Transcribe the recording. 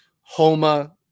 Homa